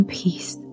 peace